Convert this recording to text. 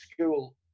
school